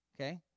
Okay